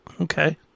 Okay